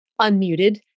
unmuted